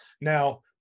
Now